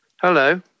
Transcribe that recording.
Hello